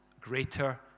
greater